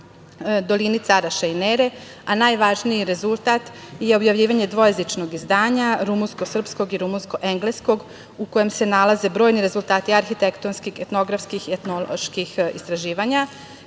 dolini Karaša i Nere, a najvažniji rezultat je objavljivanje dvojezičnog izdanja rumunsko-sprskog i rumunsko-engleskog u kojem se nalaze brojni rezultati arhitektonskih, etnografskih, etnoloških istraživanja. Krajem